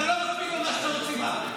אתה לא מקפיד על מה שאתה מוציא מהפה.